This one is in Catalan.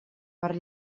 per